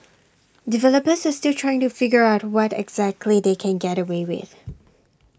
developers are still trying to figure out what exactly they can get away with